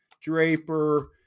Draper